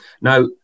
Now